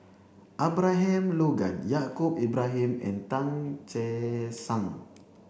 Abraham Logan Yaacob Ibrahim and Tan Che Sang